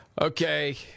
Okay